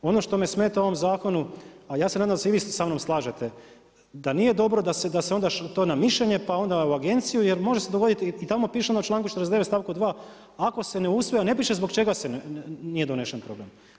Ono što me smeta u ovom zakonu a ja se nadam da se i vi sa mnom slažete, da nije dobro da se onda to na mišljenje, pa onda u agenciju jer može se dogoditi i tamo piše na članku 49. stavku 2. ako se ne usvoji, ne piše zbog čega snije donesen program.